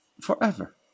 forever